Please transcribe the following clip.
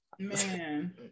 Man